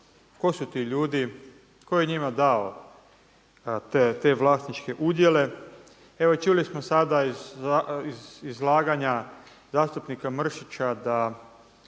Tko su ti ljudi, tko je njima dao te vlasničke udjele? Evo čuli smo sada iz izlaganja zastupnika Mrsića da